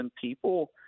people